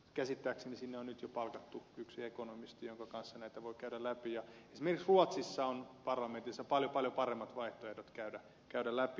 käsittääkseni sinne on nyt jo palkattu yksi ekonomisti jonka kanssa näitä voi käydä läpi esimerkiksi ruotsissa on parlamentissa paljon paljon paremmat vaihtoehdot käydä näitä läpi